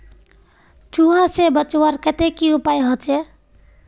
चूहा से बचवार केते की उपाय होचे?